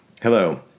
Hello